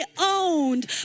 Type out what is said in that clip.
owned